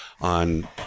on